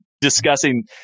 Discussing